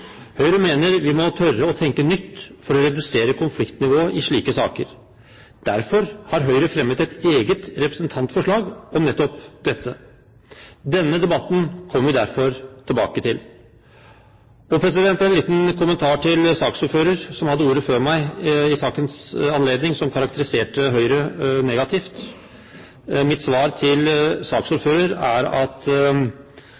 Høyre mener vi må tørre å tenke nytt for å redusere konfliktnivået i slike saker. Derfor har Høyre fremmet et eget representantforslag om nettopp dette. Denne debatten kommer vi tilbake til. En liten kommentar til saksordføreren, som hadde ordet før meg i sakens anledning, som karakteriserte Høyre negativt. Mitt svar til